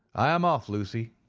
i am off, lucy,